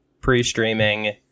pre-streaming